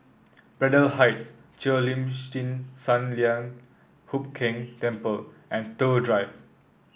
Braddell Heights Cheo Lim Chin Sun Lian Hup Keng Temple and Toh Drive